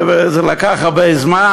וזה לקח הרבה זמן,